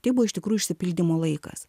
tai buvo iš tikrųjų išsipildymo laikas